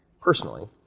personally,